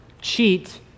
cheat